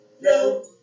no